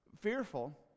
fearful